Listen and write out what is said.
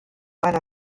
einer